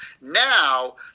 Now